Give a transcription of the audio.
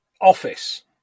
office